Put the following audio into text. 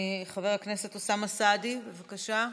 חבר הכנסת אוסאמה סעדי, בבקשה.